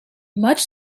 much